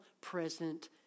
present